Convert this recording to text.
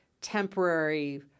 temporary